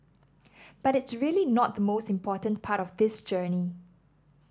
but it's really not the most important part of this journey